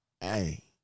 hey